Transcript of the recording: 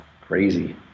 Crazy